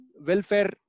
welfare